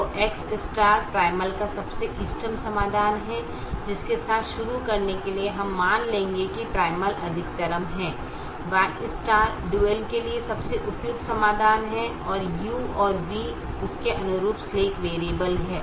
तो x primal का सबसे इष्टतम समाधान है जिसके साथ शुरू करने के लिए हम मान लेंगे कि प्राइमल अधिकतमकरण है Y डुअल के लिए सबसे उपयुक्त समाधान है u और v उसके अनुरूप स्लैक वैरिएबल हैं